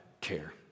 Care